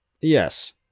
Yes